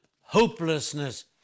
hopelessness